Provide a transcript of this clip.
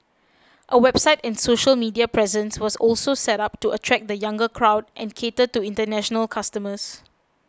a website and social media presence was also set up to attract the younger crowd and cater to international customers